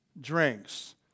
drinks